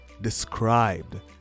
described